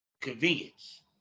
Convenience